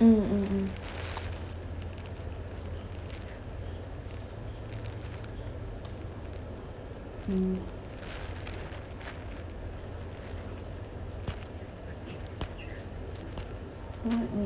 mm mm mm hmm